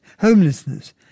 homelessness